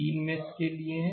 3 मेष लिए हैं